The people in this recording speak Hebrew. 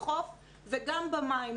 בחוף וגם במים,